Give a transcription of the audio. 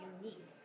unique